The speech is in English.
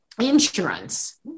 insurance